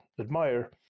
admire